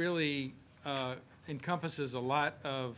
really encompasses a lot of